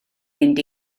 mynd